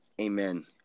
Amen